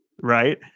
Right